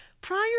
prior